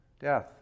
Death